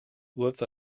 with